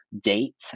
date